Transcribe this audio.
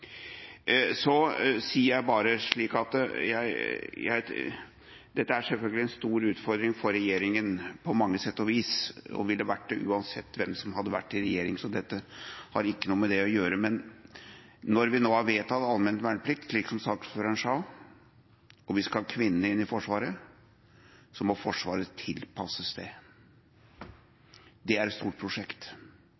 Så vil jeg si – dette er selvfølgelig en stor utfordring for regjeringa på mange vis, og ville vært det uansett hvem som hadde vært i regjering, så dette har ikke noe med det å gjøre – at når vi nå har vedtatt allmenn verneplikt, som saksordføreren sa, og vi skal ha kvinnene inn i Forsvaret, så må Forsvaret tilpasses det. Det er et stort prosjekt,